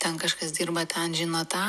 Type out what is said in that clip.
ten kažkas dirba ten žino tą